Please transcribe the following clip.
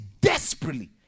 desperately